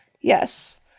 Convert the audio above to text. Yes